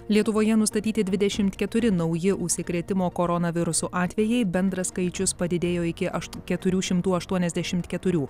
lietuvoje nustatyti dvidešimt keturi nauji užsikrėtimo koronavirusu atvejai bendras skaičius padidėjo iki ašt keturių šimtų aštuoniasdešimt keturių